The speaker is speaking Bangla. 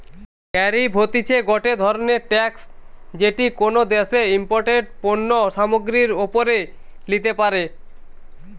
ট্যারিফ হতিছে গটে ধরণের ট্যাক্স যেটি কোনো দ্যাশে ইমপোর্টেড পণ্য সামগ্রীর ওপরে লিতে পারে